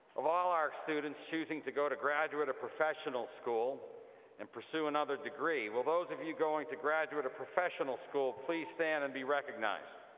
of all of our students choosing to go to graduate or professional school and pursue another degree. will those of you going to graduate or professional school please stand and be recognized.